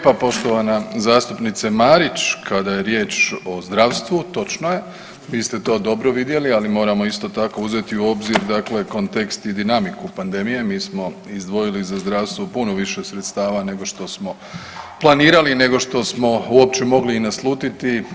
Hvala vam lijepa poštovana zastupnice Marić, kada je riječ o zdravstvu točno je, vi ste to dobro vidjeli, ali moramo isto tako uzeti u obzir dakle kontekst i dinamiku pandemije, mi smo izdvojili za zdravstvo puno više sredstava nego što smo planirani, nego što smo uopće mogli i naslutiti.